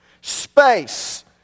space